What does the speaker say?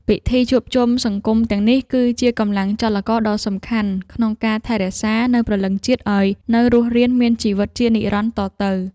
ពិធីជួបជុំសង្គមទាំងនេះ គឺជាកម្លាំងចលករដ៏សំខាន់ក្នុងការថែរក្សានូវព្រលឹងជាតិឱ្យនៅរស់រានមានជីវិតជានិរន្តរ៍តទៅ។